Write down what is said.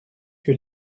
que